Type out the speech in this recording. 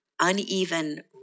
uneven